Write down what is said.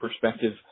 perspective